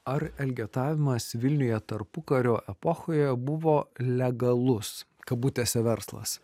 ar elgetavimas vilniuje tarpukario epochoje buvo legalus kabutėse verslas